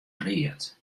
read